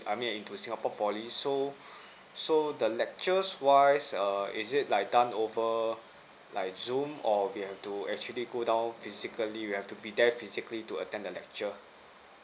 I mean into singapore poly so so the lectures wise err is it like done over like zoom or we have to actually go down physically we have to be there physically to attend the lecture